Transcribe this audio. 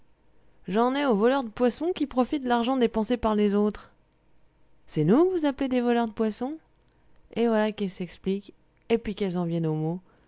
j'en ai aux voleurs de poisson qui profitent de l'argent dépensé par les autres c'est nous que vous appelez des voleurs de poisson et voilà qu'elles s'expliquent et puis qu'elles en viennent aux mots